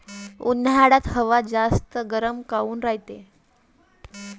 उन्हाळ्यात हवा जास्त गरम काऊन रायते?